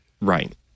Right